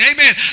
Amen